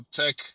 tech